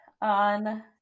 on